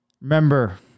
Remember